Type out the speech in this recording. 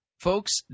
Folks